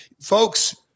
Folks